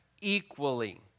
equally